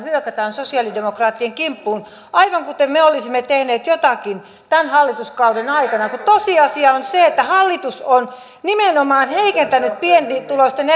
hyökätään sosiaalidemokraattien kimppuun aivan kuin me olisimme tehneet jotakin tämän hallituskauden aikana tosiasia on se että hallitus on nimenomaan heikentänyt pienituloisten